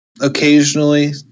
Occasionally